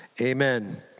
amen